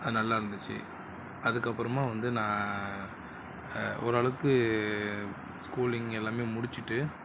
நல்லாயிருந்துச்சி அதுக்கப்புறமா வந்து நான் ஓரளவுக்கு ஸ்கூலிங் எல்லாமே முடித்துட்டு